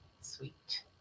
sweet